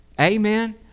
amen